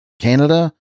Canada